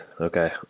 Okay